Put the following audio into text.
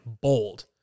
bold